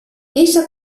ella